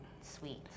sweet